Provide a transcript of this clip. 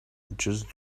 just